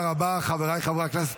חבריי חברי הכנסת,